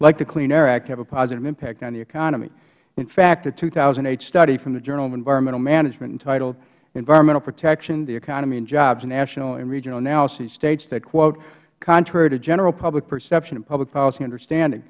like the clean air act have a positive impact on the economy in fact a two thousand and eight study from the journal of environmental management entitled environmental protection the economy and jobs a national and regional analysis states that quote contrary to general public perception and public policy understanding